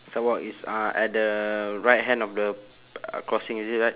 sidewalk it's uh at the right hand of the crossing is it right